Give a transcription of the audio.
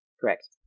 Correct